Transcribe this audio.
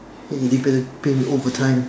hey they better pay me overtime